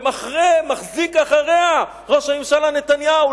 ומחרה מחזיק אחריה ראש הממשלה נתניהו,